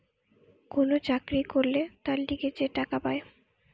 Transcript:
কোন চাকরি করলে তার লিগে যে টাকা পায়